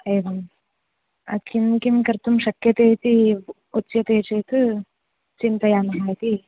एवं किं किं कर्तुं शक्यते इति उच्यते चेत् चिन्तयामः इति